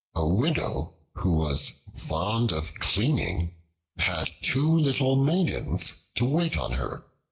a widow who was fond of cleaning had two little maidens to wait on her.